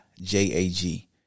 J-A-G